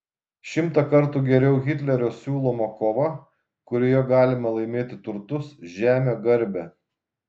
šimtą kartų geriau hitlerio siūloma kova kurioje galima laimėti turtus žemę garbę